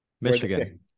Michigan